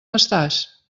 estàs